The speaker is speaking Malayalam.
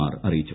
ആർ അറിയിച്ചു